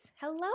Hello